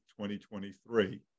2023